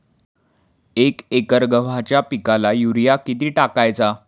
एक एकर गव्हाच्या पिकाला युरिया किती टाकायचा?